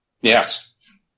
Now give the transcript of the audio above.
Yes